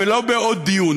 ולא בעוד דיון.